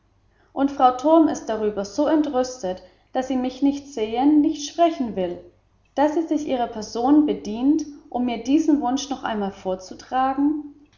und frau torm ist darüber so entrüstet daß sie mich nicht sehen nicht sprechen will daß sie sich ihrer person bedient um mir ihren wunsch noch einmal vorzutragen